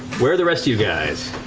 where are the rest of you guys?